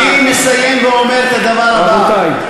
אני מסיים ואומר את הדבר הבא, רבותי.